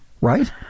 right